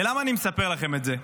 ולמה אני מספר לכם את זה?